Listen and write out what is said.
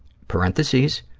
parentheses,